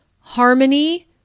harmony